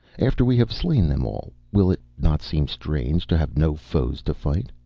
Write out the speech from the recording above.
after we have slain them all? will it not seem strange, to have no foes to fight?